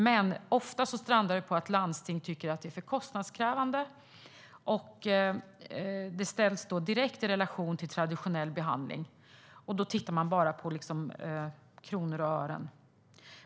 Men ofta strandar det på att landsting tycker att de är för kostnadskrävande. De ställs då i direkt relation till traditionell behandling, och man tittar bara på kronor och ören.